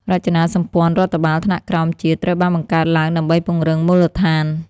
រចនាសម្ព័ន្ធរដ្ឋបាលថ្នាក់ក្រោមជាតិត្រូវបានបង្កើតឡើងដើម្បីពង្រឹងមូលដ្ឋាន។